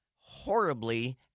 horribly